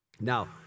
Now